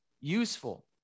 useful